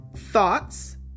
Thoughts